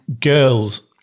girls